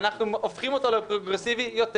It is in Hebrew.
אנחנו הופכים אותו לפרוגרסיבי יותר.